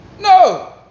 No